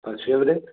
ਸਤਿ ਸ਼੍ਰੀ ਅਕਾਲ ਵੀਰੇ